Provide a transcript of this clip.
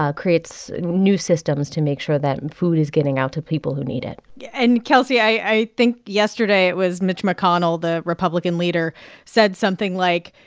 ah creates new systems to make sure that food is getting out to people who need it and, kelsey, i think, yesterday, it was mitch mcconnell the republican leader said something like,